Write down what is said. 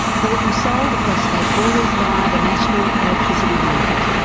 bought and sold across state borders, via the national electricity market.